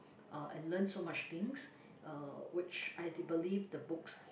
uh and learn so much things uh which I did believe the books